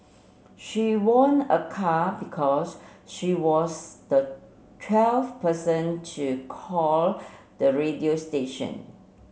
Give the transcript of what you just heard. she won a car because she was the twelfth person to call the radio station